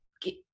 get